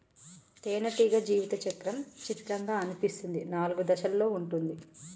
తేనెటీగ జీవిత చక్రం చిత్రంగా అనిపిస్తుంది నాలుగు దశలలో ఉంటుంది